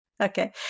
Okay